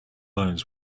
loans